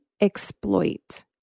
exploit